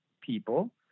people